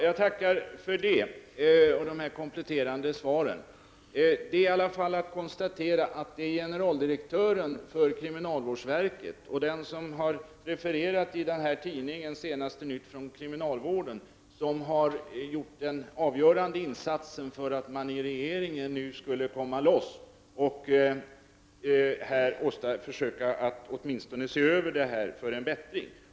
Herr talman! Jag tackar för det kompletterande svaret. Det är i alla fall att konstatera att det är generaldirektören för kriminalvårdsverket och den som har refererat i tidningen Senaste nytt från kriminalvårdsverket som har gjort den avgörande insatsen för att regeringen nu skall komma loss och försöka att åtminstone se över det hela för att få en bättring.